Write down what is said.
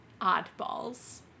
oddballs